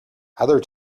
other